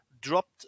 dropped